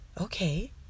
okay